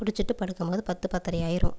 பிடிச்சிட்டு படுக்கும்போது பத்து பத்தரை ஆகிரும்